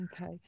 Okay